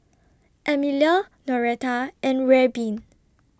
Emelia Noreta and Reubin